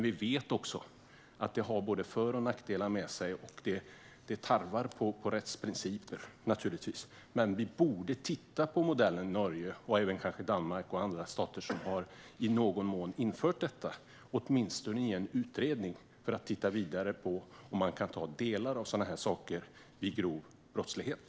Vi vet dock att det har både för och nackdelar, och det utmanar rättsprinciper. Men vi borde titta på modellen i Norge och kanske även i Danmark och andra stater som i någon mån har infört detta, åtminstone i en utredning för att titta vidare på om man kan använda delar av sådana här saker vid grov brottslighet.